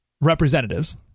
representatives